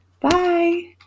bye